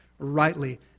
rightly